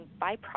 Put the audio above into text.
byproducts